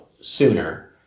sooner